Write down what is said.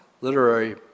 literary